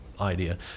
idea